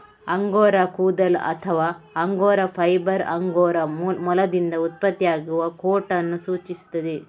angora ಕೂದಲು ಅಥವಾ angora fibre angora ಮೊಲದಿಂದ ಉತ್ಪತ್ತಿಯಾಗುವ ಕೋಟ್ ಅನ್ನು ಸೂಚಿಸುತ್ತದೆ